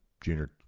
junior